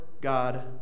God